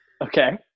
Okay